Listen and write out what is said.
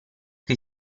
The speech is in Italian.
che